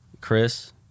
Chris